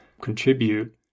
contribute